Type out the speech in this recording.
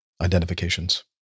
identifications